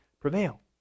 prevail